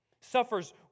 suffers